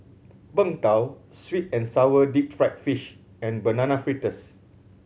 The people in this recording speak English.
Png Tao sweet and sour deep fried fish and Banana Fritters